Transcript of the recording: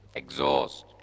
exhaust